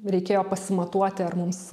reikėjo pasimatuoti ar mums